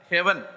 Heaven